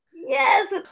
Yes